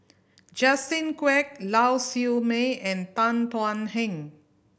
Justin Quek Lau Siew Mei and Tan Thuan Heng